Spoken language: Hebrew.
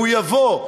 והוא יבוא,